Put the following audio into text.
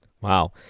Wow